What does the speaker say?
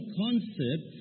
concept